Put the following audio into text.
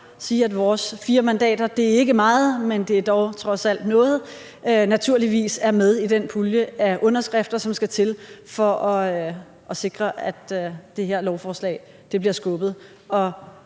sige, at vi med vores 4 mandater – det er ikke meget, men det er dog trods alt noget – naturligvis er med i den pulje af underskrifter, som skal til, for at sikre, at det her lovforslag bliver skubbet.